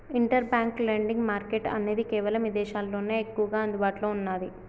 inter bank lending market అనేది కేవలం ఇదేశాల్లోనే ఎక్కువగా అందుబాటులో ఉన్నాది